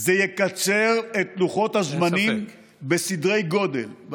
זה יקצר את לוחות הזמנים בסדרי גודל, אין ספק.